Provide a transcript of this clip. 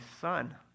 son